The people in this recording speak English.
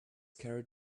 carried